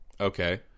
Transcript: Okay